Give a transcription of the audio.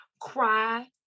Cry